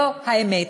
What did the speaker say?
זו האמת.